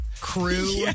Crew